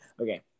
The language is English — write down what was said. Okay